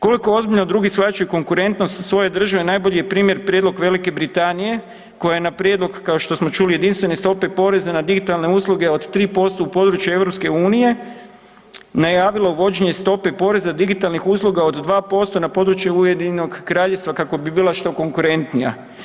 Koliko ozbiljno drugi shvaćaju konkurentnost svoje države najbolji je primjer prijedlog Velike Britanije koja je na prijedlog kao što smo čuli jedinstvene stope poreza na digitalne usluge od 3% u području EU najavila uvođenje stope poreza digitalnih usluga od 2% na području Ujedinjenog Kraljevstva kako bi bila što konkurentnija.